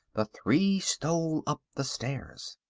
the three stole up the stairs.